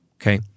Okay